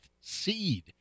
seed